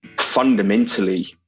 fundamentally